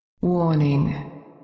warning